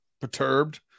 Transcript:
perturbed